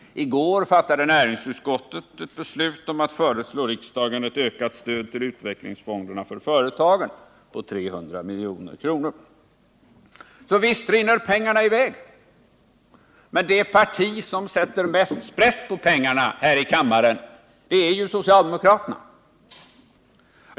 I går fattade näringsutskottet beslut om att föreslå riksdagen ett med 300 milj.kr. ökat stöd till utvecklingsfonderna för företagen. Så visst rinner pengarna i väg! Men det parti som sätter sprätt på mest pengar här i kammaren är socialdemokraterna.